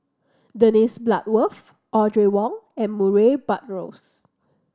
Dennis Bloodworth Audrey Wong and Murray Buttrose